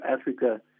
Africa